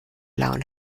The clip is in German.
laune